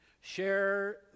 Share